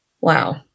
wow